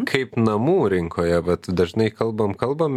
kaip namų rinkoje vat dažnai kalbam kalbam